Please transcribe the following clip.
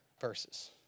verses